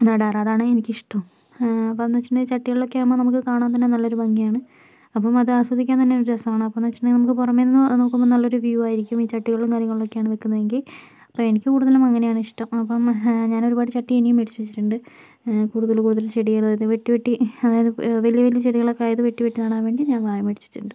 നാടാറ് അതാണ് എനിക്കിഷ്ടവും അപ്പമെന്ന് വച്ചിട്ടുണ്ടെങ്കിൽ ചട്ടികളിലൊക്കെ ആകുമ്പോൾ നമുക്ക് കാണാൻ തന്നെ നല്ലൊരു ഭംഗിയാണ് അപ്പം അത് ആസ്വദിക്കാൻ തന്നെ ഒരു രസ്സമാണ് അപ്പമെന്ന് വച്ചിട്ടുണ്ടെങ്കിൽ നമുക്ക് പുറമേന്ന് നോക്കുമ്പോൾ നല്ലൊരു വ്യൂ ആയിരിക്കും ഈ ചട്ടികളും കാര്യങ്ങളിലൊക്കെയാണ് വെയ്ക്കുന്നതെങ്കിൽ അപ്പം എനിക്ക് കൂടുതലും അങ്ങനെയാണിഷ്ടം അപ്പം ഞാനൊരുപാട് ചട്ടി ഇനിയും മേടിച്ച് വച്ചിട്ടുണ്ട് കൂടുതല് കൂടുതല് ചെടികള് വെട്ടി വെട്ടി അതായത് വലിയ വലിയ ചെടികളൊക്കെ ആയത് വെട്ടി വെട്ടി നടാൻ വേണ്ടി ഞാൻ മേടിച്ച് വച്ചിട്ടുണ്ട്